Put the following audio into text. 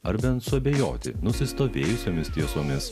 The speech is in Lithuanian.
ar bent suabejoti nusistovėjusiomis tiesomis